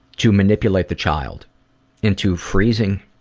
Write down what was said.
to manipulate the child into freezing.